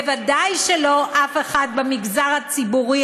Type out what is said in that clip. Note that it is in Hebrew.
ודאי שלא אף אחד אחר במגזר הציבורי,